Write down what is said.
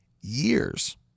years